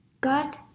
God